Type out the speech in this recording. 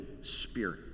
Spirit